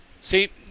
See